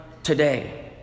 Today